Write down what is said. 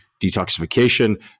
detoxification